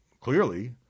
clearly